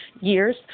years